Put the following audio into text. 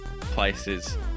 places